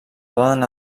poden